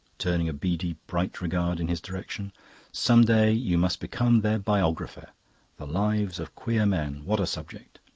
turning a beady bright regard in his direction some day you must become their biographer the lives of queer men what a subject!